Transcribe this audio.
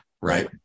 right